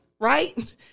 right